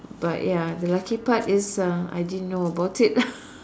but ya the lucky part is uh I didn't know about it